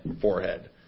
forehead